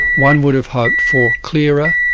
one would have hoped for clearer,